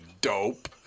dope